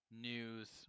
news